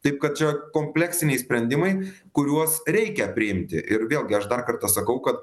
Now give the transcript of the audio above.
taip kad čia kompleksiniai sprendimai kuriuos reikia priimti ir vėlgi aš dar kartą sakau kad